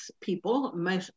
people